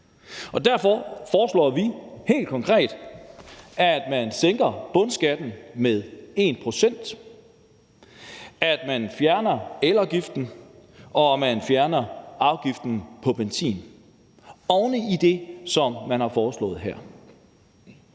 Derfor foreslår vi helt konkret, at man sænker bundskatten med 1 pct., at man fjerner elafgiften, og at man fjerner afgiften på benzin. Det er oven i det, som man har foreslået her.